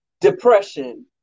Depression